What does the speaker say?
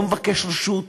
לא מבקש רשות.